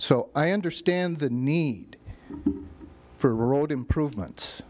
so i understand the need for road improvements